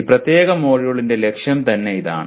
ഈ പ്രത്യേക മൊഡ്യൂളിന്റെ ലക്ഷ്യം തന്നെ അതാണ്